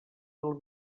del